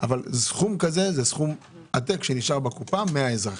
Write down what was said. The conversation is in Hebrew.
אבל סכום כזה הוא סכום עתק שנשאר בקופה והוא של האזרחים.